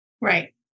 Right